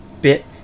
bit